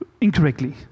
incorrectly